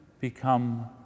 become